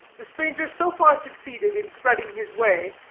the stranger so far succeeded in threading his way,